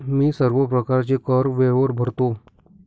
मी सर्व प्रकारचे कर वेळेवर भरतो